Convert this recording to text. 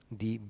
di